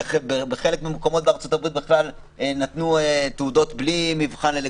בחלק מהמקומות בארצות-הברית בכלל נתנו תעודות לגמרי בלי מבחן.